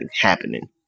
happening